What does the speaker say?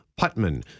Putman